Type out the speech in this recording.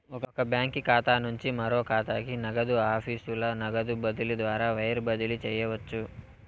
ఒక బాంకీ ఖాతా నుంచి మరో కాతాకి, నగదు ఆఫీసుల నగదు బదిలీ ద్వారా వైర్ బదిలీ చేయవచ్చు